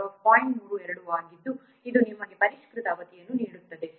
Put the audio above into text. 32 ಆಗಿದ್ದು ಇದು ನಿಮಗೆ ಪರಿಷ್ಕೃತ ಅವಧಿಯನ್ನು ನೀಡುತ್ತದೆ